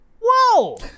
Whoa